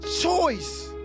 choice